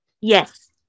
yes